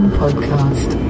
podcast